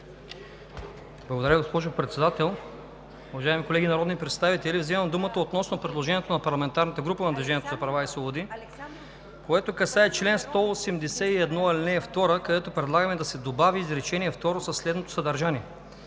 Благодаря, госпожо Председател. Уважаеми колеги народни представители, взимам думата относно предложението на парламентарната група на „Движението за права и свободи“, което касае чл. 181, ал. 2, където предлагаме да се добави изречение второ със следното съдържание: